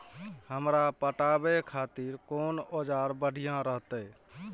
हमरा पटावे खातिर कोन औजार बढ़िया रहते?